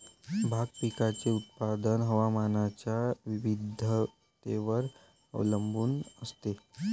भाग पिकाचे उत्पादन हवामानाच्या विविधतेवर अवलंबून असते